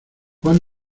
juan